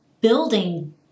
building